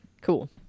Cool